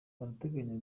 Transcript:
barateganya